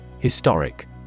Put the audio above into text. Historic